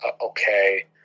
okay